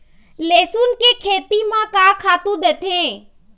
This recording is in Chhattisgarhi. लेसुन के खेती म का खातू देथे?